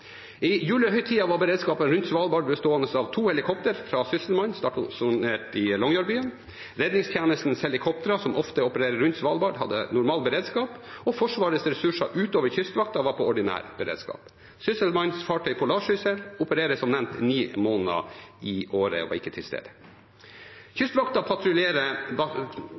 I julehøytida var beredskapen rundt Svalbard bestående av to helikoptre fra Sysselmannen stasjonert i Longyearbyen, redningstjenestens helikoptre, som ofte opererer rundt Svalbard og hadde normal beredskap, og Forsvarets ressurser ut over Kystvakten som var i ordinær beredskap. Sysselmannens fartøy «Polarsyssel» opererer som nevnt ni måneder i året, og var ikke til stede.